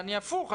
והפוך,